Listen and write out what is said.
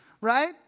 right